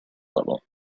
level